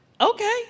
Okay